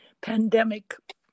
pandemic